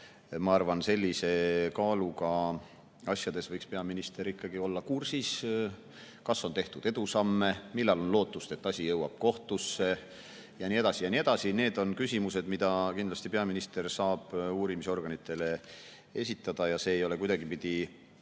ma arvan, et sellise kaaluga asjades võiks peaminister ikkagi olla kursis, kas on tehtud edusamme, millal on lootust, et asi jõuab kohtusse, ja nii edasi ja nii edasi. Need on küsimused, mida kindlasti peaminister saab uurimisorganitele esitada ja see ei ole kuidagipidi